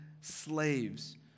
slaves